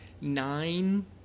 nine